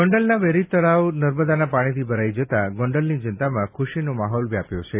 ગોંડલના વેરી તળાવ નર્મદાના પાણીથી ભરાઈ જતા ગોંડલની જનતામાં ખૂશીનો માહોલ વ્યાપ્યો છે